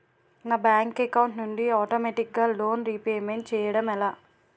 నా bank account నుండి ఆటోమేటిగ్గా లోన్ రీపేమెంట్ చేయడం ఎలా?